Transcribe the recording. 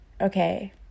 okay